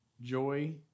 joy